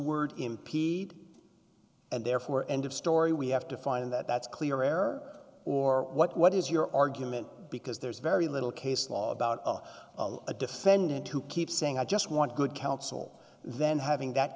word impede and therefore end of story we have to find that that's clear air or what is your argument because there's very little case law about a defendant who keeps saying i just want good counsel then having that